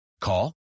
Call